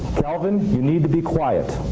calvin, you need to be quiet.